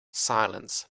silence